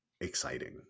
exciting